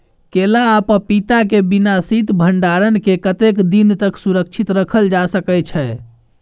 केला आ पपीता के बिना शीत भंडारण के कतेक दिन तक सुरक्षित रखल जा सकै छै?